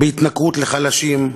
בהתנכרות לחלשים,